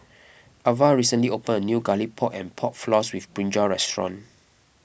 Avah recently opened a new Garlic Pork and Pork Floss with Brinjal restaurant